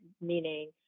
meaning